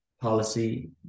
policy